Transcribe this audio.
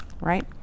right